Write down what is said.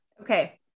okay